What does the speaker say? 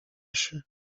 się